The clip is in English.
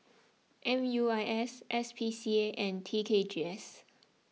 M U I S S P C A and T K G S